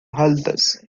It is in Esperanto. haltas